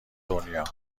دنیا